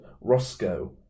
Roscoe